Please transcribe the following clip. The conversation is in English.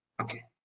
Okay